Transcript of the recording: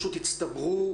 שהיא איתנו ושומעת כל הזמן.